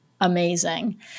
amazing